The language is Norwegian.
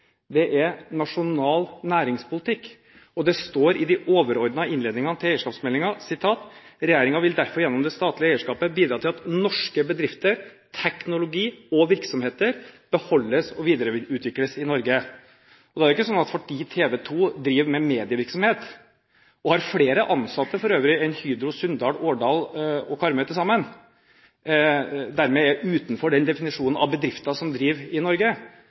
de overordede innledningene til eierskapsmeldingen: «Regjeringen vil derfor gjennom det statlige eierskapet bidra til at norske bedrifter, teknologi, og virksomheter beholdes og videreutvikles i Norge.» Da er det ikke slik at fordi TV 2 driver med medievirksomhet – og for øvrig har flere ansatte enn Hydro Sunndal, Årdal og Karmøy til sammen – dermed er utenfor den definisjonen av bedrifter som driver i Norge.